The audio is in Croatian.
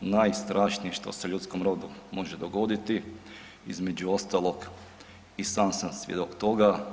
najstrašnije što se ljudskom rodu može dogoditi, između ostalog i sam sam svjedok toga.